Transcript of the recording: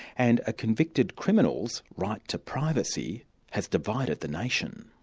and a convicted criminal's right to privacy has divided the nation.